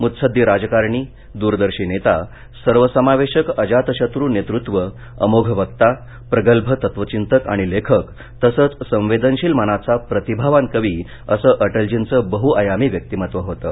मुत्सद्दी राजकारणी दूरदर्शी नेता सर्वसमावेशक अजातशत्रू नेतृत्व अमोघ वक्ता प्रगल्भ तत्वधिंतक आणि लेखक तसचं संवेदनशील मनाचा प्रतिभावान कवी असं अटलजींच बहुआयामी व्यक्तिमत्व होतं